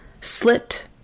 slit